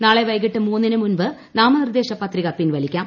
നാളെ വൈകിട്ട് മൂന്നിന് മുൻപ് നാമനിർദേശ പത്രിക പിൻവലിക്കാം